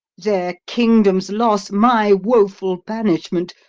their kingdom's loss, my woeful banishment,